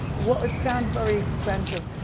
well it sounds very expensive.